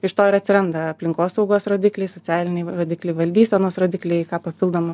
iš to ir atsiranda aplinkosaugos rodikliai socialiniai rodikliai valdysenos rodikliai ką papildomo